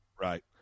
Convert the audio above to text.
Right